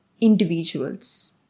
individuals